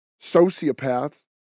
sociopaths